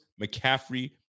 McCaffrey